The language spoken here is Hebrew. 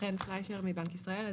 בנק ישראל.